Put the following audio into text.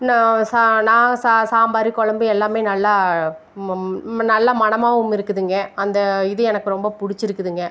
நான் சா நான் சா சாம்பாரு குழம்பு எல்லாமே நல்லா நல்ல மனமாகவும் இருக்குதுங்க அந்த இது எனக்கு ரொம்ப பிடிச்சிருக்குதுங்க